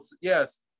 yes